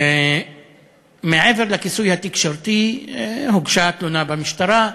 מעבר לכיסוי התקשורתי, הוגשה תלונה במשטרה,